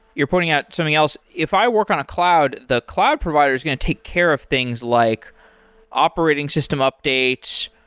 you're putting out something else if i work on a cloud, the cloud provider is going to take care of things like operating system updates,